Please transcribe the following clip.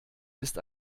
ist